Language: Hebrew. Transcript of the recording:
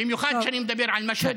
במיוחד כשאני מדבר על משהד.